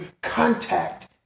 contact